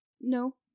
No